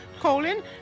colon